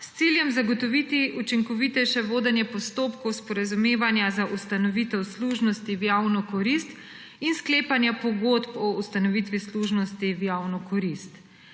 s ciljem zagotoviti učinkovitejše vodenje postopkov sporazumevanja za ustanovitev služnosti v javno korist in sklepanja pogodb o ustanovitvi služnosti v javno korist.